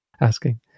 asking